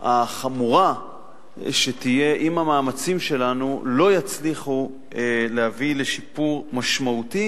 החמורה שתהיה אם המאמצים שלנו לא יצליחו להביא לשיפור משמעותי